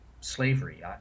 slavery